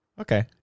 Okay